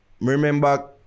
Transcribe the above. Remember